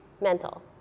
mental